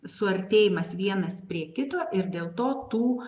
suartėjimas vienas prie kito ir dėl to tų